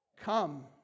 Come